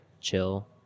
chill